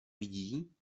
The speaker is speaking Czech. vidí